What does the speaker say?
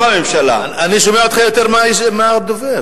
אני שומע אותך יותר מאת הדובר.